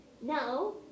Now